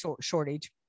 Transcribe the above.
shortage